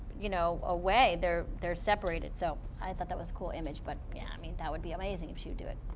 you know, away, they're they're separated, so i thought that was a cool image. but yeah i mean that would be amazing if she would do it.